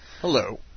Hello